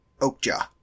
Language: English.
Oakjaw